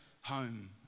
home